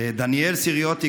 דניאל סיריוטי,